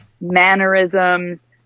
mannerisms